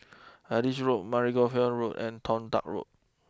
Adis Road Margoliouth Road and Toh Tuck Road